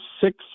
six